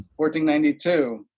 1492